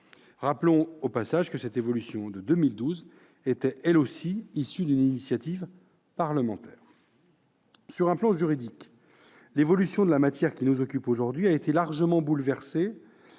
Rappelons au passage que cette évolution de 2012 était, elle aussi, issue d'une initiative parlementaire. Sur le plan juridique, l'évolution de la matière qui nous occupe aujourd'hui a été largement bouleversée